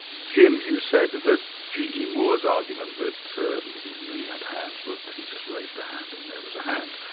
jim, you said that g. e. moore's argument that he knew he had hands was that he just raised a hand and there was a hand.